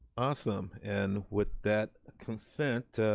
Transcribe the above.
awesome and with that consent,